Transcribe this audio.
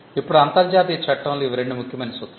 ఇప్పుడు అంతర్జాతీయ చట్టంలో ఇవి రెండు ముఖ్యమైన సూత్రాలు